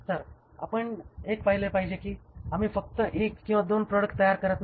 तर आपण एक पहिले पाहिजे कि आम्ही फक्त एक किंवा दोन प्रॉडक्ट तयार करीत नाही